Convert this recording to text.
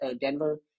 Denver